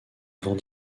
avant